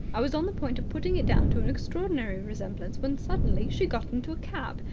i was on the point of putting it down to an extraordinary resemblance, when suddenly she got into cab.